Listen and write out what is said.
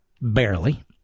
Barely